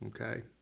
okay